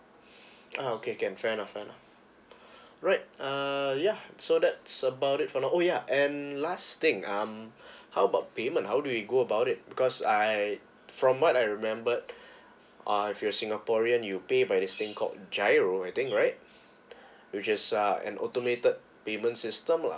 uh okay can fair enough fair enough right uh yeah so that's about it for oh ya and last thing um how about payment how do we go about it because I from what I remembered uh as a singaporean you pay by this thing called giro I think right which is uh an automated payment system lah